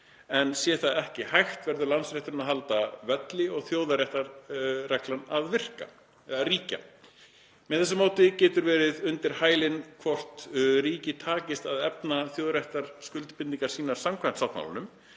en sé það ekki hægt verður landsrétturinn að halda velli og þjóðréttarreglan að ríkja. Með þessu móti getur verið undir hælinn lagt hvort ríki takist að efna þjóðréttarskuldbindingar sínar samkvæmt sáttmálanum,